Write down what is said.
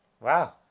wow